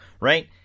right